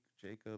Jacob